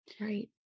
Right